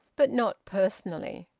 but not personally.